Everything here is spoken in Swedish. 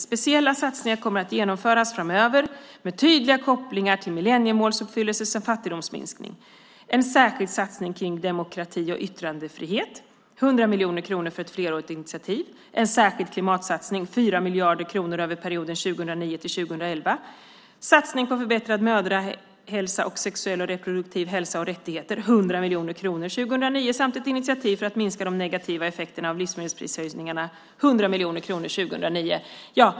Speciella satsningar kommer att genomföras framöver med tydliga kopplingar till millenniemålsuppfyllelse samt fattigdomsminskning: en särskild satsning på demokrati och yttrandefrihet, 100 miljoner kronor för ett flerårigt initiativ; en särskild klimatsatsning, 4 miljarder kronor över perioden 2009-2011; satsning på förbättrad mödrahälsa och sexuell och reproduktiv hälsa och rättigheter, 100 miljoner kronor 2009, samt ett initiativ för att minska de negativa effekterna av livmedelsprishöjningarna, 100 miljoner kronor 2009.